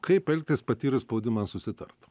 kaip elgtis patyrus spaudimą susitart